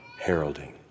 heralding